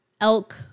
elk